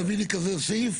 להביא לי כזה סעיף?